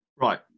Right